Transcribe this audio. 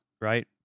right